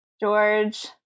George